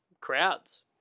crowds